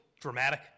dramatic